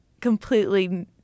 completely